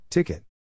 Ticket